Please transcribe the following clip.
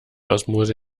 osmose